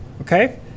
okay